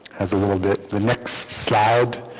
as a little bit the next slide